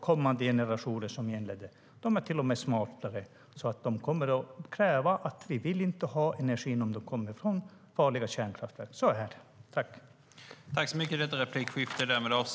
Kommande generationer är smartare, så de kommer att säga att de inte vill ha energi om den kommer från farliga kärnkraftverk. Så är det.